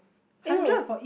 eh no